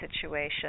situation